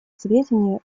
сведению